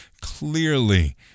clearly